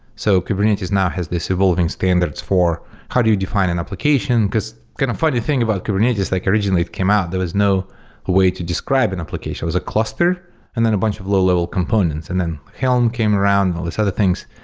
so kubernetes now has this evolving standards for how do you define an application, because kind of funny thing about kubernetes, like originally it came out, there was no way to describe an application. it was a cluster and then a bunch of low-level components. and then helm came around and all these other things.